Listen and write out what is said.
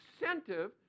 incentive